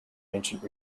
ancient